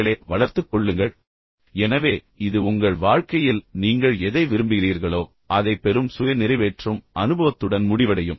நுண் திறன்களை வளர்த்துக் கொள்ளுங்கள் நான் உறுதியாக நம்புகிறேன் எனவே இது உங்கள் வாழ்க்கையில் நீங்கள் எதை விரும்புகிறீர்களோ அதைப் பெறும் சுய நிறைவேற்றும் அனுபவத்துடன் முடிவடையும்